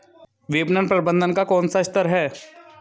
विपणन प्रबंधन का कौन सा स्तर है?